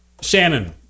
Shannon